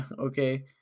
okay